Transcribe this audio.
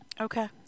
Okay